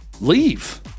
Leave